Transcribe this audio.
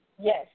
Yes